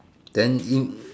then in